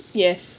yes